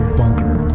bunker